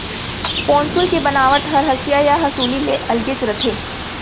पौंसुल के बनावट हर हँसिया या हँसूली ले अलगेच रथे